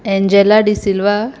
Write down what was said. Angela D'Silva